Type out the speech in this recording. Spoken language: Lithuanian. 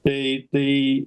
tai tai